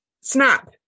snap